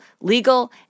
legal